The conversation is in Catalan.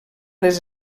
les